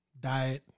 diet